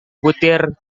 butir